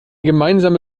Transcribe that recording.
gemeinsame